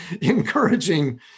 encouraging